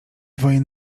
dwoje